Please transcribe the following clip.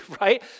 right